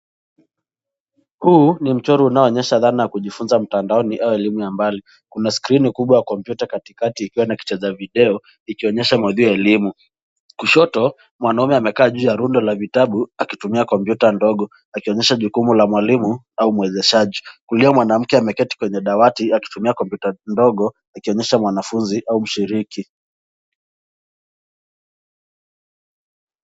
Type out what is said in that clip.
Huu ni mchoro unao onyesha dhana ya kujifunza mtandaoni au elimu ya mbali. Kuna skrini kubwa ya kompyuta katikati ikuwa na vicheza video ikionyesha maudhui ya elimu, kushoto mwanaume amekaa juu ya rundo la vitabu akitumia kompyuta ndogo akionyesha jukumu la mwalimu au mwezeshaji, kulia mwanamke ame keti kwenye dawati akitumia kompyuta ndogo ikionyesha mwanafunzi au mshiriki.